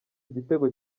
igitego